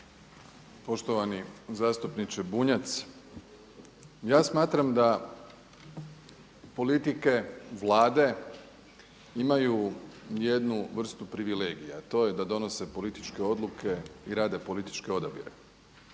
Poštovani zastupniče Bunjac, ja smatram da politike, vlade imaju jednu vrstu privilegija a to je da donose političke odluke i rade političke odabire.